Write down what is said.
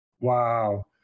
wow